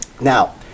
now